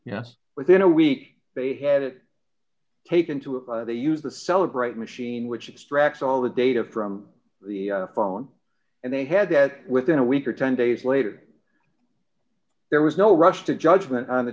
yes within a week they had it taken to a they used to celebrate machine which extracts all the data from the phone and they had that within a week or ten days later there was no rush to judgment on the